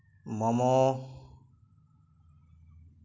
momo